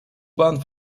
bahn